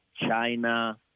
China